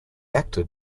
acted